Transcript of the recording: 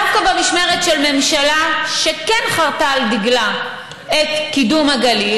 דווקא במשמרת של ממשלה שכן חרתה על דגלה את קידום הגליל,